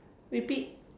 repeat